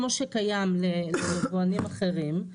כמו שקיים ליבואנים אחרים,